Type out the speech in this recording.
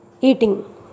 Eating